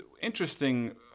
interesting